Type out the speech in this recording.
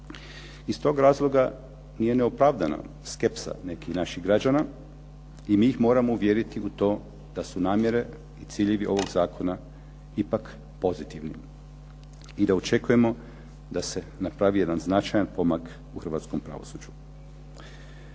Iz tog razloga nije neopravdana skepsa nekih naših građana i mi ih moramo uvjeriti u to da su namjere i ciljevi ovog zakona ipak pozitivni, i da očekujemo da se napravi jedan značajan pomak u hrvatskom pravosuđu.